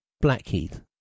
Blackheath